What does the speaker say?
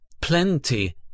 plenty